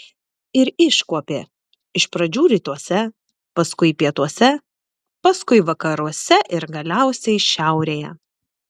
ir iškuopė iš pradžių rytuose paskui pietuose paskui vakaruose ir galiausiai šiaurėje